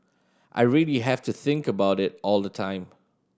I really have to think about it all the time